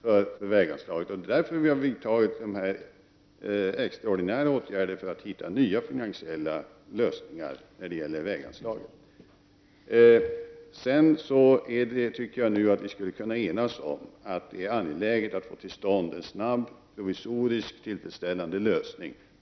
Det är därför som vi har vidtagit de här extraordinära åtgärderna. Det gäller ju att hitta nya finansiella lösningar beträffande väganslagen. Sedan tycker jag att vi borde kunna enas om att det är angeläget att snabbt få till stånd en provisorisk tillfredsställande lösning.